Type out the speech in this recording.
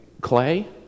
clay